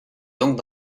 donc